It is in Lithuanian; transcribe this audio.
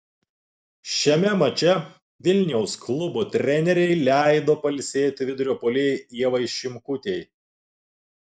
šiame mače vilniaus klubo trenerei leido pailsėti vidurio puolėjai ievai šimkutei